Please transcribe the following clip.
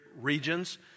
regions